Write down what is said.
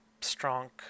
strong